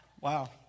Wow